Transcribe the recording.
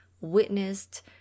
witnessed